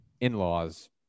in-laws